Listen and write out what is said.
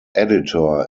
editor